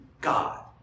God